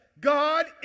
God